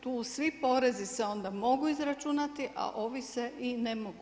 Tu svi porezi se onda mogu izračunati a ovi se i ne mogu.